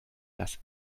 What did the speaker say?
das